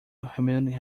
humanity